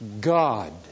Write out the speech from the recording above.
God